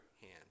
hand